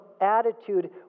attitude